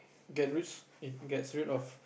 get rids it gets rid of